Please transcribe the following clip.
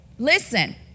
Listen